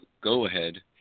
go-ahead